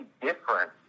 different